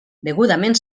degudament